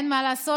אין מה לעשות,